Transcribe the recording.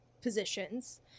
positions